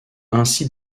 ainsi